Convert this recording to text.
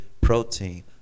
protein